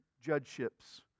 judgeships